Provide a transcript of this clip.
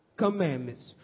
commandments